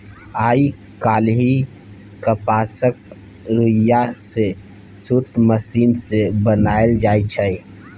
आइ काल्हि कपासक रुइया सँ सुत मशीन सँ बनाएल जाइ छै